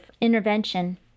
intervention